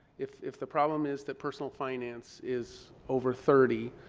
if if the problem is that personal finance is over thirty,